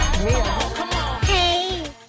Hey